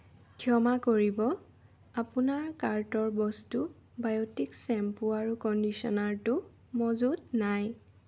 ক্ষমা কৰিব আপোনাৰ কাৰ্টৰ বস্তু বায়'টিক শ্বেম্পু আৰু কণ্ডিচনাৰটো মজুত নাই